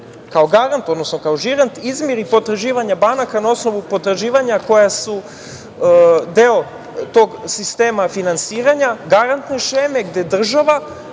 kao garant, odnosno kao žirant izmiri potraživanja banaka na osnovu potraživanja koja su deo tog sistema finansiranja garantne šeme, gde država,